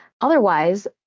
Otherwise